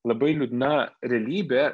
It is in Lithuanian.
labai liūdna realybė